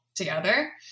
together